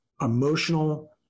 Emotional